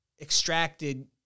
extracted